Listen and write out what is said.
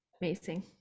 amazing